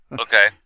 Okay